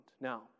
Now